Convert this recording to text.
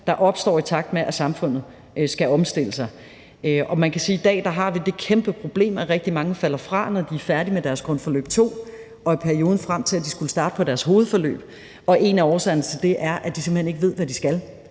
der opstår, i takt med at samfundet skal omstille sig. Man kan sige, at i dag har vi det kæmpe problem, at rigtig mange falder fra, når de er færdige med deres grundforløb II, og i perioden frem til, at de skal starte på deres hovedforløb, og en af årsagerne til det er, at de simpelt